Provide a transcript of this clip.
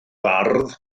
fardd